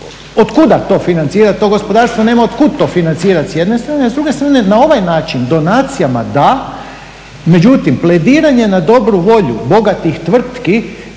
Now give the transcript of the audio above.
kuda to financirati, to gospodarstvo nema od kuda to financirati s jedne strane, a s druge strane na ovaj način donacijama da, međutim plediranje na dobru volju bogatih tvrtki